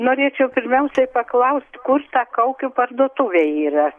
norėčiau pirmiausiai paklaust kur ta kaukių parduotuvėje yra